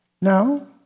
No